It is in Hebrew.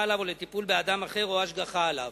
עליו או לטיפול באדם אחר או השגחה עליו.